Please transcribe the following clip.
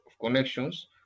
connections